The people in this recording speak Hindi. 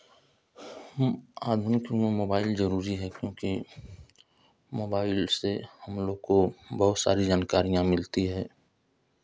अभी तो मोबाइल जरूरी है क्योंकि मोबाइल से हमलोग को बहुत सारी जानकारियाँ मिलती है